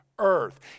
earth